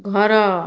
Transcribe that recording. ଘର